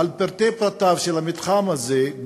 על פרטי פרטיו של המתחם הזה,